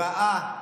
רעה,